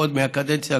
עוד מהקדנציה הקודמת,